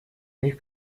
них